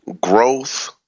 growth